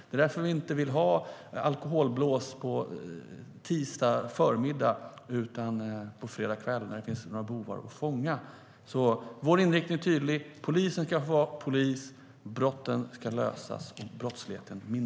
Det är därför vi inte vill ha alkoholblås på tisdagsförmiddag utan på fredagskväll, när det finns några bovar att fånga. Vår inriktning är tydlig: Polisen ska få vara polis, brotten ska lösas och brottsligheten ska minska.